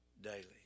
daily